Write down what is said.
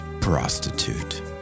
prostitute